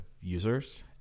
users